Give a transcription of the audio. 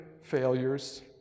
failures